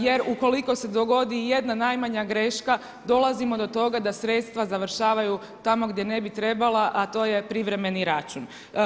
Jer ukoliko se dogodi i jedna najmanja greška dolazimo do toga da sredstva završavaju tamo gdje ne bi trebala, a to je privremeni račun.